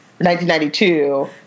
1992